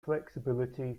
flexibility